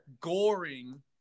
Goring